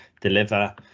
deliver